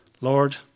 Lord